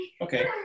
Okay